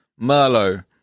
Merlot